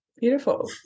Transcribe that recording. beautiful